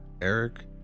Eric